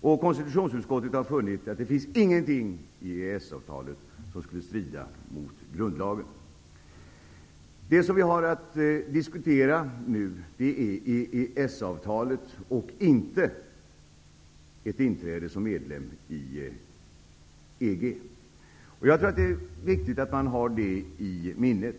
Konstitutionsutskottet har funnit att det inte finns någonting i EES-avtalet som skulle strida mot grundlagen. Det som vi nu har att diskutera är EES-avtalet och inte ett inträde som medlem i EG. Det är viktigt att man har det i minnet.